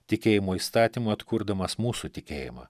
tikėjimo įstatymu atkurdamas mūsų tikėjimą